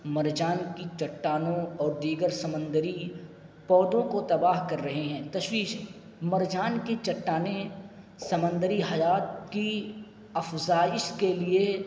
مرجان کی چٹانوں اور دیگر سمندری پودوں کو تباہ کر رہے ہیں تشویش مرجان کی چٹانیں سمندری حیات کی افزائش کے لیے